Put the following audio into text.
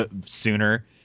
sooner